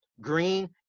Green